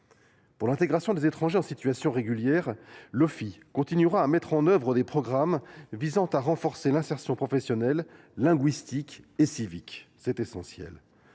l’intégration des étrangers en situation régulière, l’Ofii continuera à mettre en œuvre des programmes visant à renforcer l’insertion professionnelle, linguistique et civique. C’est essentiel.